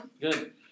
good